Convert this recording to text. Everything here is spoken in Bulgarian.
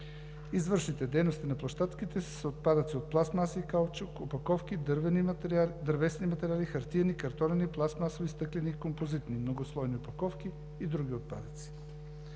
Извършените дейности на площадките са с отпадъци от пластмаси и каучук, опаковки, дървесни материали, хартиени, картонени, пластмасови, стъклени и композитни, многослойни опаковки и други отпадъци.